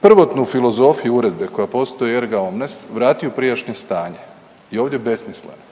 prvotnu filozofiju uredbe koja postoji …/Govornik se ne razumije/…vrati u prijašnje stanje je ovdje besmisleno,